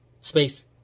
Space